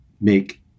make